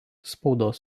spaudos